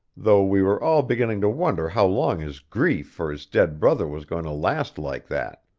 though we were all beginning to wonder how long his grief for his dead brother was going to last like that.